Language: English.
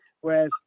whereas